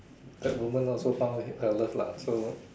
that woman also found her love lah so